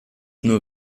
nur